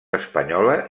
espanyola